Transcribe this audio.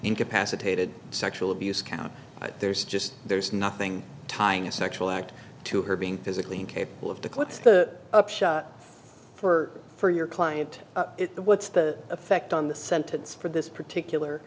incapacitated sexual abuse count there's just there's nothing tying a sexual act to her being physically incapable of the clips the upshot for for your client what's the effect on the sentence for this particular